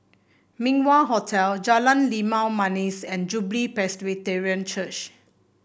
Min Wah Hotel Jalan Limau Manis and Jubilee Presbyterian Church